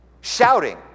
shouting